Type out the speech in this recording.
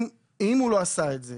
אם הוא לא עשה את זה